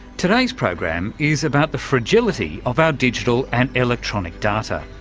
today's program is about the fragility of our digital and electronic data,